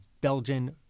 Belgian